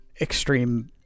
extreme